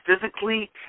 physically